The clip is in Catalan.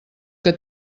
que